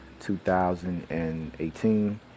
2018